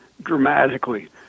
dramatically